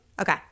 Okay